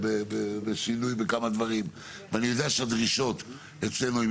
אני יודע שהדרישות אצלנו הן